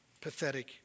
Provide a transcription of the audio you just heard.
pathetic